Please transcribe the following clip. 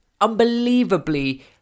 unbelievably